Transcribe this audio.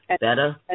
Better